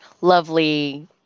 lovely